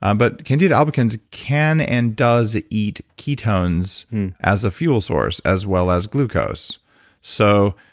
um but candida albicans can and does eat ketones as a fuel source, as well as glucose so,